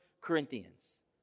Corinthians